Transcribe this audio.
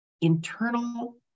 internal